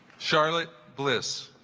charlotte bliss